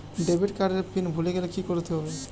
Debit card এর pin ভুলে গেলে কি করতে হবে?